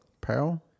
Pearl